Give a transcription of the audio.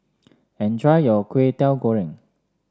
enjoy your Kwetiau Goreng